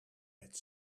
met